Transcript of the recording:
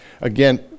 Again